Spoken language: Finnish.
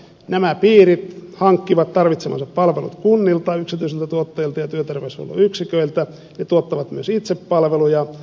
nämä piirit hankkivat tarvitsemansa palvelut kunnilta yksityisiltä tuottajilta ja työterveyshuollon yksiköiltä ja tuottavat myös itse palveluja